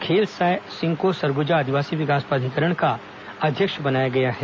खेलसाय सिंह को सरगुजा आदिवासी विकास प्राधिकरण का अध्यक्ष नियुक्त किया गया है